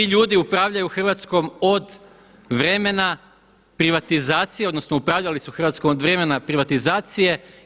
Ti ljudi upravljaju Hrvatskom od vremena privatizacije, odnosno upravljali su Hrvatskom od vremena privatizacije.